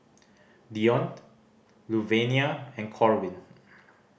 Deonte Luvenia and Corwin